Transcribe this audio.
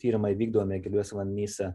tyrimai vykdomi giliuose vandenyse